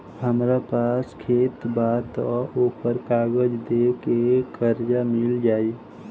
हमरा पास खेत बा त ओकर कागज दे के कर्जा मिल जाई?